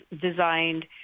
designed